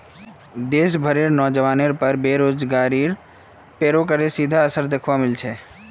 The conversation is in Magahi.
देश भरेर नोजवानेर पर बेरोजगारीत पेरोल करेर सीधा असर दख्वा मिल छेक